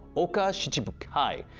oka shichibukai,